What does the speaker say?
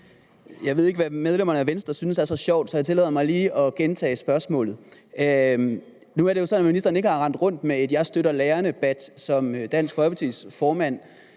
Jeg ved ikke, hvad medlemmerne af Venstre synes er så sjovt, så jeg tillader mig lige at gentage spørgsmålet. Nu er det jo sådan, at ministeren ikke har rendt rundt med en »Jeg støtter lærerne«-badge, som Dansk Folkepartis formand